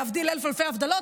להבדיל אלף אלפי הבדלות,